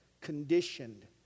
conditioned